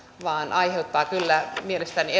vaan aiheuttaa kyllä mielestäni